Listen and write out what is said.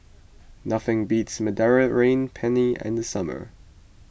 nothing beats Mediterranean Penne in the summer